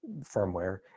firmware